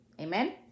amen